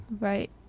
right